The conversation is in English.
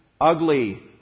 ugly